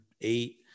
eight